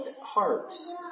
hearts